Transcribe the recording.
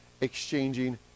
exchanging